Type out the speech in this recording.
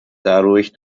dadurch